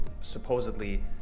supposedly